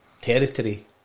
territory